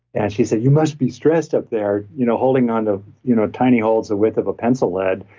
and she said, you must be stressed up there you know holding on to you know a tiny holds, the width of a pencil lead.